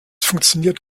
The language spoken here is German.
funktioniert